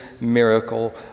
miracle